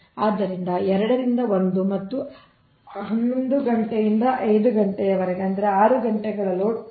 ಆದ್ದರಿಂದ 2 ರಿಂದ 1 ಮತ್ತು ನಿಮ್ಮ 11 pm ನಿಂದ 5 am ಅಂದರೆ 6 ಗಂಟೆಗಳ ಲೋಡ್ 0